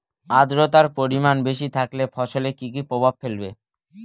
আদ্রর্তার পরিমান বেশি থাকলে ফসলে কি কি প্রভাব ফেলবে?